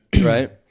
right